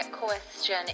question